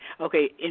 Okay